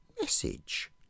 message